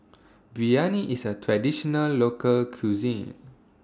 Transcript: Biryani IS A Traditional Local Cuisine